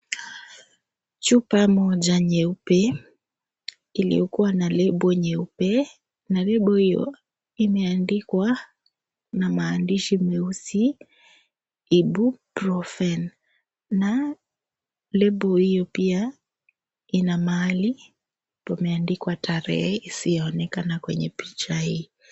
Chupa moja nyeupe iliyokuwa na lebo nyeupe na lebo hiyo imeandikwa na maandishi meusi Ibuprofen na lebo hiyo pia ina mahali pameandikwa tarehe isiyoonekana kwenye picha hii.